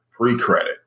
pre-credit